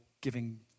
giving